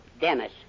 Dennis